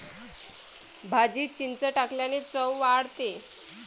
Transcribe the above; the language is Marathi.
भाजीत चिंच टाकल्याने चव वाढते